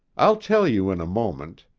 i'll tell you in a moment.